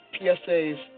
PSAs